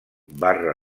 barra